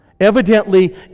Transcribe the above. Evidently